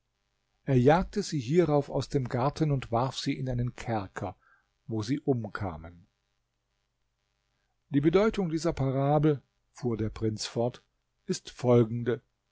er jagte sie hierauf aus dem garten und warf sie in einen kerker wo sie umkamen die bedeutung dieser parabel fuhr der prinz fort ist folgende